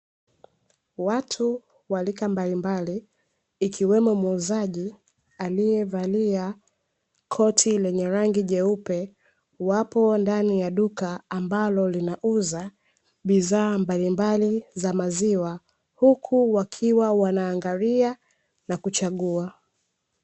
Watu wa rika mbalimbali, ikiwemo muuzaji aliyevalia koti lenye rangi nyeupe, wapo ndani ya duka ambalo linauza bidhaa mbalimbali za maziwa, huku wakiwa wanaangalia na kuchagua.